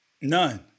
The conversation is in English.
None